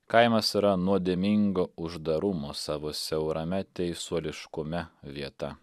kaimas yra nuodėmingo uždarumo savo siaurame teisuoliškume vieta